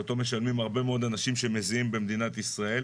שאותו משלמים הרבה מאוד אנשים שמזיעים במדינת ישראל,